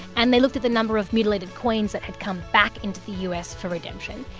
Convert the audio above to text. and they looked at the number of mutilated coins that had come back into the u s. for redemption.